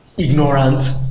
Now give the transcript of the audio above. Ignorant